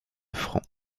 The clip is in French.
francs